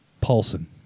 Paulson